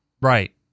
Right